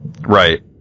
Right